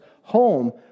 home